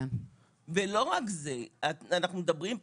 אני דווקא רוצה לדבר על דברים שלא נאמרו